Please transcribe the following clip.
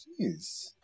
Jeez